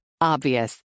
Obvious